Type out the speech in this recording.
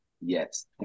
Yes